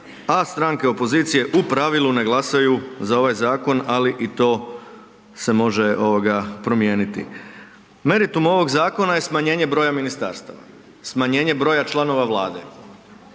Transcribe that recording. a stranke opozicije u pravilu ne glasaju za ovaj zakon, ali i to se može ovoga promijeniti. Meritum ovog zakona je smanjenje broja ministarstava, smanjenje broja članova vlade.